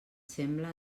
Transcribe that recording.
sembla